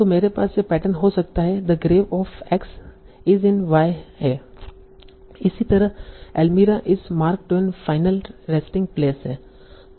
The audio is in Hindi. तो मेरे पास यह पैटर्न हो सकता है the grave of X is in Y है इसी तरह Elmira is Mark Twain final resting place है